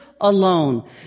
alone